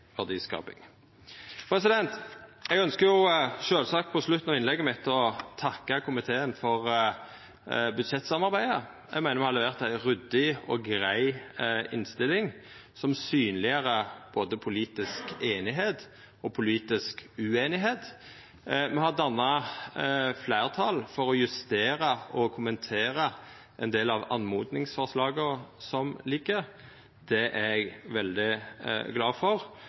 verdiskaping. Eg ønskjer sjølvsagt på slutten av innlegget mitt å takka komiteen for budsjettsamarbeidet. Eg meiner me har levert ei ryddig og grei innstilling, som gjer både politisk einigheit og politisk ueinigheit synleg. Me har danna fleirtal for å justera og kommentera ein del av oppmodingsforslaga som ligg føre. Eg er veldig glad for